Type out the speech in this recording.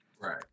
Right